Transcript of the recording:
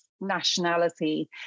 nationality